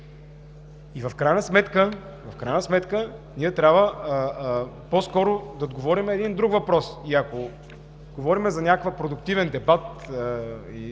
И в крайна сметка ние трябва по-скоро да отговорим на един друг въпрос. Ако говорим за някакъв продуктивен дебат